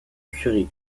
currie